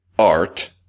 Art